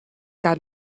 got